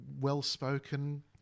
well-spoken